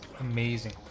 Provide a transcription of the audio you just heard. amazing